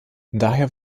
daher